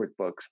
QuickBooks